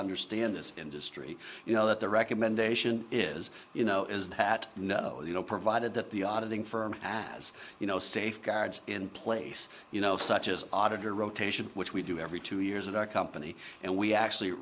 understand this industry you know that the recommendation is you know is that no you know provided that the auditing firm as you know safeguards in place you know such as auditor rotation which we do every two years of our company and we actually